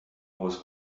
was